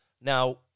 Now